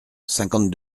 cinquante